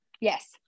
Yes